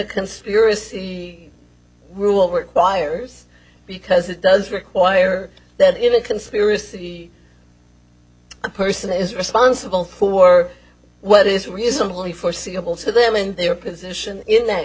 conspiracy rule over fires because it does require that in a conspiracy a person is responsible for what is reasonably foreseeable to them and their position in that